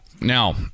now